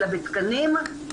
אלא בתקנים,